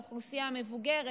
לאוכלוסייה המבוגרת,